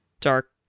Dark